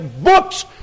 books